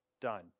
done